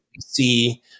See